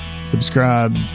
Subscribe